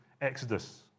exodus